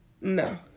No